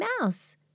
Mouse